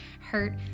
hurt